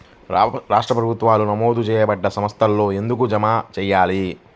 రాష్ట్ర ప్రభుత్వాలు నమోదు చేయబడ్డ సంస్థలలోనే ఎందుకు జమ చెయ్యాలి?